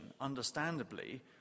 understandably